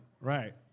Right